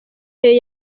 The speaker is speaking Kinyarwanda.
rayon